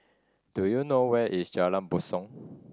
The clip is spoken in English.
do you know where is Jalan Basong